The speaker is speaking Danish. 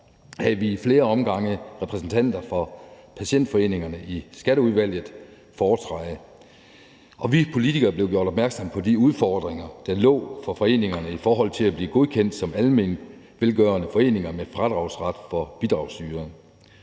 havde vi i flere omgange repræsentanter for patientforeningerne i foretræde i Skatteudvalget, og vi politikere blev gjort opmærksom på de udfordringer, der lå for foreningerne i forhold til at blive godkendt som almenvelgørende foreninger med fradragsret for bidragsydere.